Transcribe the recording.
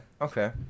Okay